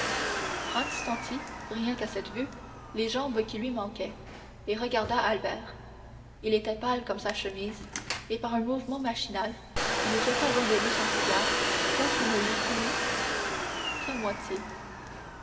franz sentit rien qu'à cette vue les jambes qui lui manquaient il regarda albert il était pâle comme sa chemise et par un mouvement machinal il jeta loin de lui son cigare quoiqu'il ne l'eût fumé qu'à moitié